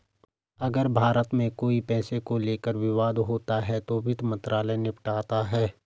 अगर भारत में कोई पैसे को लेकर विवाद होता है तो वित्त मंत्रालय निपटाता है